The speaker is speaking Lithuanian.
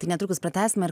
tai netrukus pratęsime ir